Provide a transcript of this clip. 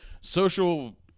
social